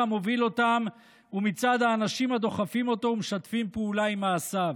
המוביל אותם ומצד האנשים הדוחפים אותו ומשתפים פעולה עם מעשיו.